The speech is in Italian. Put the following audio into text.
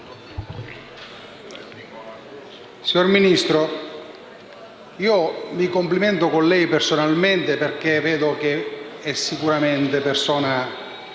Signor Ministro, mi complimento con lei personalmente perché è sicuramente persona